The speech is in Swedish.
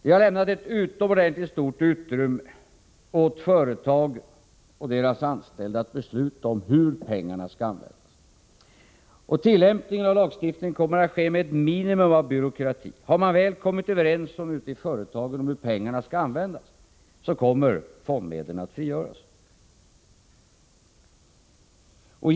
Det har lämnats ett utomordentligt stort utrymme åt företagen och de anställda att besluta om hur pengarna skall användas. Tillämpningen av lagstiftningen kommer att ske med ett minimum av byråkrati. Har man väl kommit överens ute på företagen om hur pengarna skall användas kommer fondmedlen att frigöras.